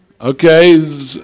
Okay